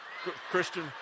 Christian